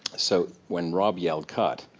so when rob yelled cut,